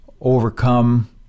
overcome